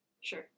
Sure